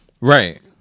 Right